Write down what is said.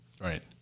Right